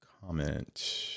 comment